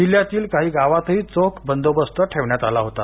जिल्ह्यातील काही गावातही चोख बंदोबस्त ठेवण्यात आला होता